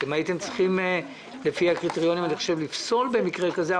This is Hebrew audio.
אני חושב שלפי הקריטריונים הייתם צריכים לפסול במקרה כזה.